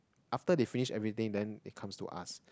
after they finish everything then it comes to us